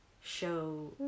show